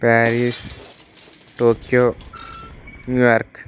Paris Tokyo New York